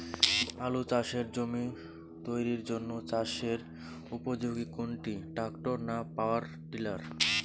আলু চাষের জমি তৈরির জন্য চাষের উপযোগী কোনটি ট্রাক্টর না পাওয়ার টিলার?